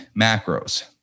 macros